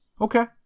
Okay